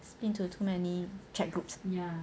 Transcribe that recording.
split into too many chat group